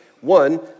One